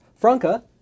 Franca